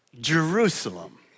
Jerusalem